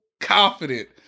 confident